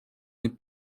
n’est